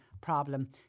Problem